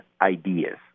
ideas